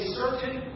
certain